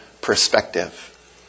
perspective